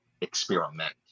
experiment